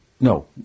no